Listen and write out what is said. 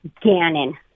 Gannon